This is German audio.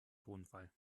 tonfall